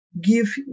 give